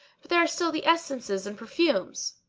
but there are still the essences and perfumes.